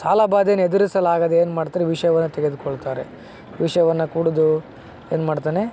ಸಾಲ ಬಾಧೆನ ಎದುರಿಸಲಾಗದೆ ಏನು ಮಾಡ್ತಾರೆ ವಿಷವನ್ನು ತೆಗೆದುಕೊಳ್ತಾರೆ ವಿಷವನ್ನು ಕುಡಿದು ಏನು ಮಾಡ್ತಾನೆ